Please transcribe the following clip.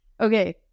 Okay